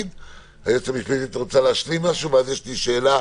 היועצת המשפטית רוצה להשלים משהו, ואז יש לי שאלה